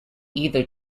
either